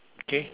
K